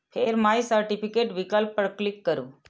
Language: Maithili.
फेर माइ सर्टिफिकेट विकल्प पर क्लिक करू